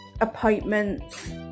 appointments